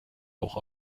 auch